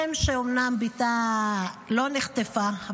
אם שאומנם בתה לא נחטפה,